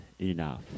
enough